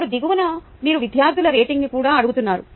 ఇప్పుడు దిగువన మీరు విద్యార్థుల రేటింగ్ను కూడా అడుగుతున్నారు